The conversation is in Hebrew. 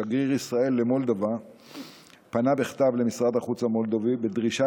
שגריר ישראל במולדובה פנה בכתב למשרד החוץ המולדבי בדרישה